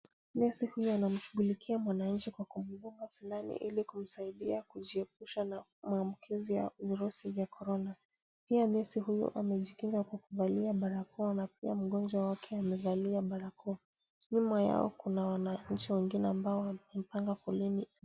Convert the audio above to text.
Nesi huyu anamshughulikia mwananchi kwa kumdunga sindano ili kumsaidia kujiepusha na maambukizi ya virusi vya korona. Pia nesi huyu amejikinga kwa kuvalia barakoa na pia mgonjwa wake amevalia barakoa. Nyuma yao kuna wananchi wengine ambao wamepanga foleni.